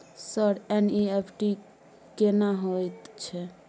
Sir NEFT केना होयत छै?